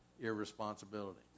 irresponsibility